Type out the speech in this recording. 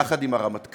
יחד עם הרמטכ"ל,